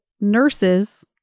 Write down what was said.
nurses